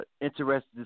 interested